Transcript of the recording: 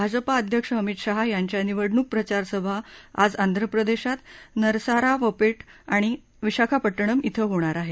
भाजपा अध्यक्ष अमित शहा यांच्या निवडणूक प्रचार सभा आज आंध्र प्रदेशात नरसारावपेट आणि विशाखापट्टणम इथं होणार आहेत